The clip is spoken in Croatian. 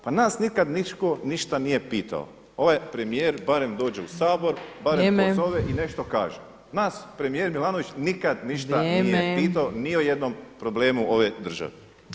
Pa nas nikad niko ništa nije pitao, ovaj premijer barem dođe u Sabor, barem pozove i nešto kaže [[Upadica Opačić: Vrijeme.]] Nas premijer Milanović nikad ništa nije pitao [[Upadica Opačić: Vrijeme.]] ni o jednom problemu ove države.